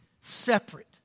separate